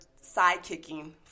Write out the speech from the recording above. sidekicking